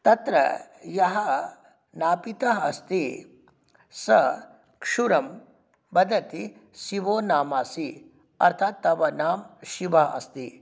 तत्र यः नापितः अस्ति सः क्षुरं वदति शिवो नामासि अर्थात् तव नाम शिवः अस्ति